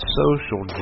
social